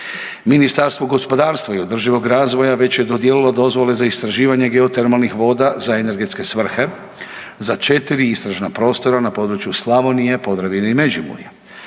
Ministarstvo gospodarstva i održivog razvoja već je dodijelilo dozvole za istraživanje geotermalnih voda za energetske svrhe, za 4 istražna prostora na području Slavonije, Podravine i Međimurja.